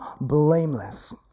blameless